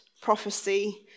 prophecy